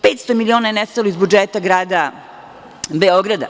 Petsto miliona je nestalo iz budžeta grada Beograda.